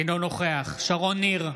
אינו נוכח שרון ניר,